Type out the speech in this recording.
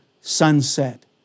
sunset